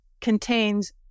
contains